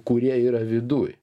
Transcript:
kurie yra viduj